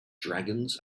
dragons